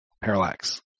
Parallax